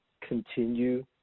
continue